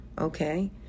Okay